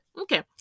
Okay